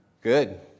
Good